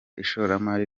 ishoramari